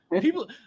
people